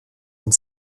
und